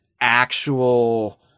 actual